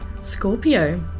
Scorpio